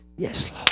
Yes